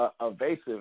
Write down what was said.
evasive